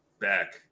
back